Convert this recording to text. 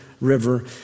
River